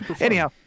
Anyhow